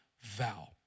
vow